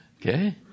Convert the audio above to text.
Okay